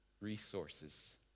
resources